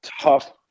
tough